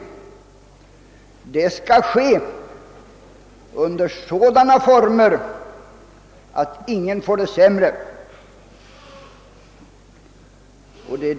Och det skall ske under sådana former att ingen får det sämre.